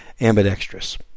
ambidextrous